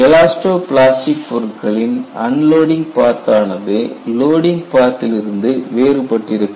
elasto plastic பொருட்களின் unloading path ஆனது loading பாத் திலிருந்து வேறுபட்டிருக்கும்